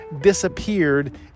disappeared